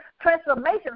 transformation